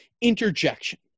interjection